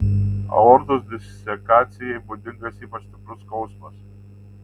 aortos disekacijai būdingas ypač stiprus skausmas